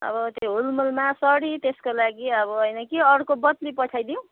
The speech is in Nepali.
अब त्यो हुलमुलमा सरी त्यस्को लागि अब होइन कि अर्को बद्ली पठाइदिऊँ